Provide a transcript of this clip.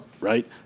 Right